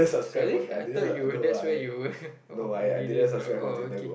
sorry I thought you were that's where you were oh you didn't oh okay